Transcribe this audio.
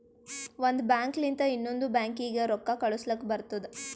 ಒಂದ್ ಬ್ಯಾಂಕ್ ಲಿಂತ ಇನ್ನೊಂದು ಬ್ಯಾಂಕೀಗಿ ರೊಕ್ಕಾ ಕಳುಸ್ಲಕ್ ಬರ್ತುದ